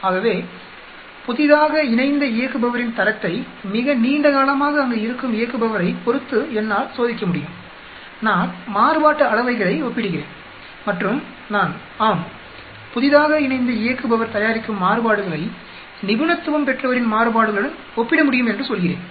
ஆகவே புதிதாக இணைந்த இயக்குபவரின் தரத்தை மிக நீண்ட காலமாக அங்கு இருக்கும் இயக்குபவரைப் பொறுத்து என்னால் சோதிக்க முடியும் நான் மாறுபாட்டு அளவைகளை ஒப்பிடுகிறேன் மற்றும் நான் ஆம் புதிதாக இணைந்த இயக்குபவர் தயாரிக்கும் மாறுபாடுகளை நிபுணத்துவம் பெற்றவரின் மாறுபாடுகளுடன் ஒப்பிடமுடியும் என்று சொல்கிறேன்